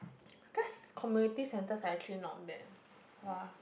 cause community centers are actually not that far